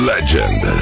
Legend